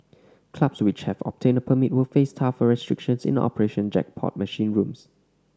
clubs which have obtained a permit will face tougher restrictions in operating jackpot machine rooms